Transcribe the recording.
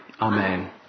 Amen